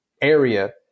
area